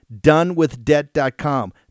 donewithdebt.com